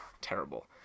terrible